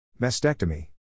Mastectomy